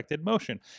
motion